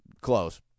close